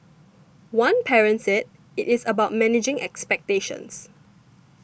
one parent said it is about managing expectations